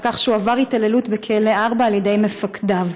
על כך שהוא עבר התעללות בכלא 4 על-ידי מפקדיו.